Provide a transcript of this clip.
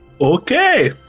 Okay